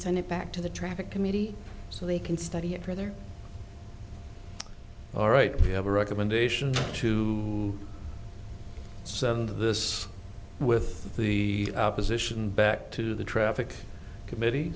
present it back to the traffic committee so they can study it further all right we have a recommendation to send this with the opposition back to the traffic committee